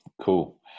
cool